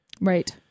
right